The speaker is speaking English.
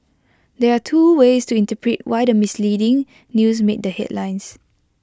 there are two ways to interpret why the misleading news made the headlines